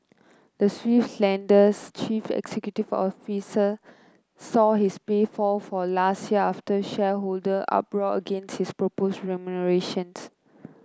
the Swiss lender's chief executive officer saw his pay fall for last year after shareholder uproar against his proposed remunerations